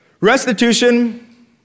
Restitution